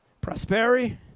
Prosperity